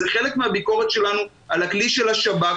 זה חלק מהביקורת שלנו על הכלי של השב"כ.